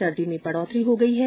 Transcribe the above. सर्दी में बढोतरी हो गई है